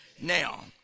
Now